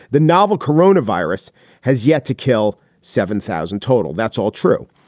the novel coronavirus has yet to kill seven thousand total. that's all true.